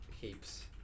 heaps